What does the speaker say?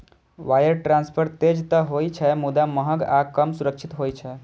wire transfer तेज तं होइ छै, मुदा महग आ कम सुरक्षित होइ छै